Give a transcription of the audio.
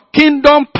kingdom